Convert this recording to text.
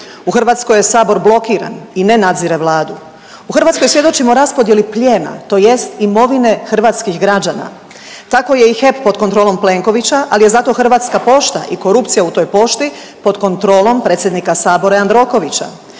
U Hrvatskoj je Sabor blokiran i ne nadzire Vladu. U Hrvatskoj svjedočimo raspodjeli plijena, tj. imovine hrvatskih građana. Tako je i HEP pod kontrolom Plenkovića, ali je zato Hrvatska pošta i korupcija u toj pošti pod kontrolom predsjednika Sabora Jandrokovića.